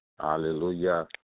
hallelujah